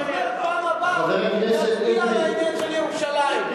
והיא אומרת: בפעם הבאה נצביע על העניין של ירושלים.